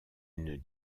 une